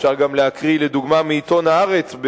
אפשר גם להקריא לדוגמה מעיתון "הארץ",